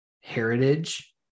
heritage